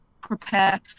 prepare